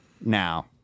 now